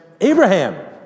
Abraham